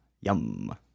Yum